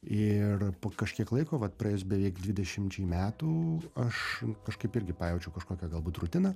ir po kažkiek laiko vat praėjus beveik dvidešimčiai metų aš kažkaip irgi pajaučiau kažkokią galbūt rutiną